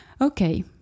Okay